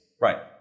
Right